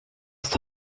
ist